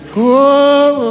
whoa